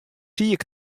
siik